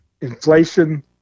inflation